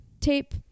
tape